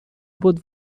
بود